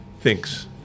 thinks